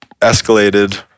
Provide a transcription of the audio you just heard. escalated